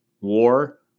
war